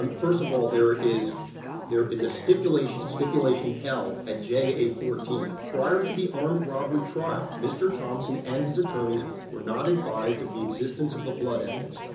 um first of all there is there is a stipulation, stipulation l at yeah ja fourteen, prior to the armed robbery trial, mr. thompson and his attorneys were not advised of the existence of the blood evidence,